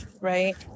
right